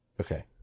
Okay